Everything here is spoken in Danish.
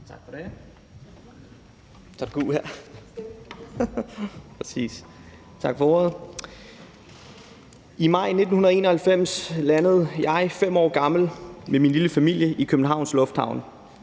(Ordfører) Mohammad Rona (M): Tak for ordet. I maj 1991 landede jeg 5 år gammel med min lille familie i Københavns Lufthavn.